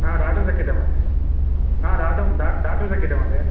हा दातुं शक्यते महोदय हा दातुं दातुं शक्यटे महोदय